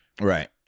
Right